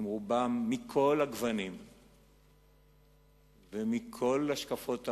רובם, מכל הגוונים ומכל השקפות העולם.